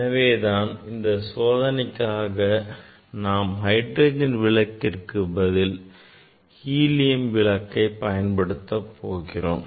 எனவேதான் இந்த சோதனைக்காக நாம் ஹைட்ரஜன் விளக்கிற்கு பதில் ஹீலியம் விளக்கை பயன்படுத்தப் போகிறோம்